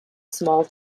small